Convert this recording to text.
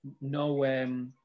no